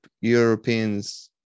Europeans